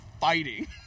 fighting